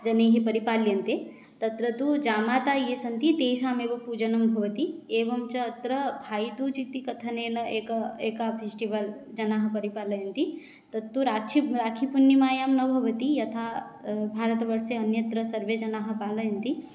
जनैः परिपाल्यन्ते तत्र तु जामातरः ये सन्ति तेषामेव पूजनं भवति एवं च अत्र भाय्दूज् इति कथनेन एका एक फेस्टिवल् जनाः परिपालयन्ति तत्तु राछि राखिपूर्णिमायां न भवति यथा भारतवर्षे अन्यत्र सर्वे जनाः पालयन्ति